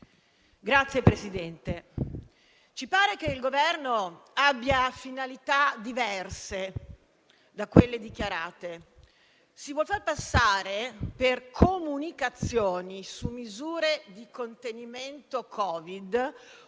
Signor Presidente, ci pare che il Governo abbia finalità diverse da quelle dichiarate. Si vuol far passare per comunicazioni su misure di contenimento del